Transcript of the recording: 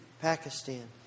Pakistan